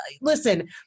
listen